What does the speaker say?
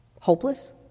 hopeless